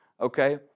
Okay